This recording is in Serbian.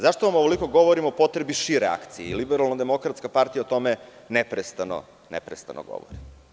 Zašto vam ovoliko govorim o potrebi šire akcije, Liberalno demokratska partija o tome neprestano govori.